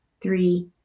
three